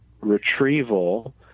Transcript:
retrieval